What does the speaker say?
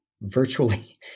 virtually